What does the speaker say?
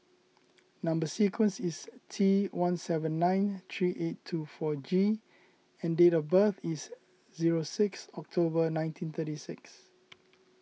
Number Sequence is T one seven nine three eight two four G and date of birth is zero six October nineteen thirty six